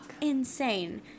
insane